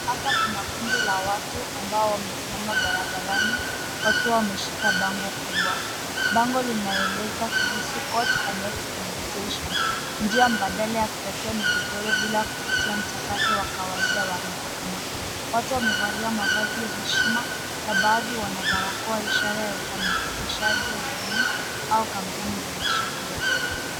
Hapa kuna kundi la watu ambao wamesimama barabarani wakiwa wameshika bango kubwa. Bango linaeleza kuhusu Court Annexed meditation . Njia mbadala ya kutatua migogoro bila kupitia mchakato wa kawaida wa mahakama. Wote wamevalia mavazi ya heshima na baadhi wana barakoa ishara ya uhamasishaji wa jamii au kampeni za kisheria.